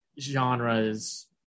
genres